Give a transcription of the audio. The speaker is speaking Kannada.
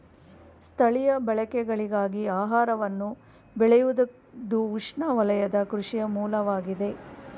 ಸ್ಥಳೀಯ ಬಳಕೆಗಳಿಗಾಗಿ ಆಹಾರವನ್ನು ಬೆಳೆಯುವುದುಉಷ್ಣವಲಯದ ಕೃಷಿಯ ಮೂಲವಾಗಿದೆ